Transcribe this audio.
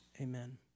Amen